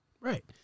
Right